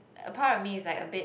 a part of me is like a bit